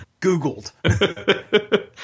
Googled